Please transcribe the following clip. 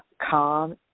calm